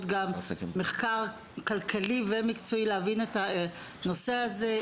מחקר כלכלי ומקצועי כדי להבין את הנושא הזה,